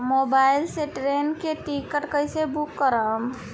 Mobile से train के ticket कैसे बूक करेम?